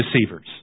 deceivers